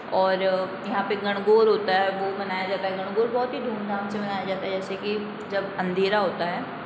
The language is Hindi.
और यहाँ पे गणगौर होता है वो मनाया जाता है गणगौर बहुत ही धूम धाम से मनाया जाता है जैसे कि जब अंधेरा होता है